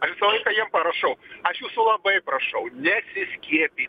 aš visą laiką jiem parašau aš jūsų labai prašau nesiskiepyt